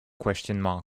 know